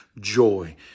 joy